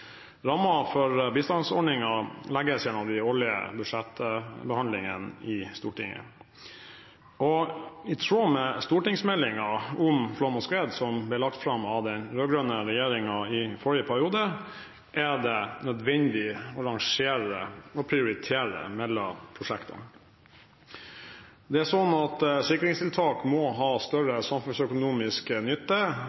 for bistandsordningen legges gjennom de årlige budsjettbehandlingene i Stortinget. I tråd med stortingsmeldingen om flom og skred, som ble lagt fram av den rød-grønne regjeringen i forrige periode, er det nødvendig å rangere og prioritere mellom prosjektene. Sikringstiltak må ha større samfunnsøkonomisk nytte enn kostnadene for at